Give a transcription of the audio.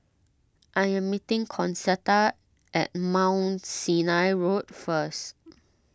I am meeting Concetta at Mount Sinai Road first